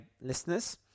listeners